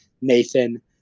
Nathan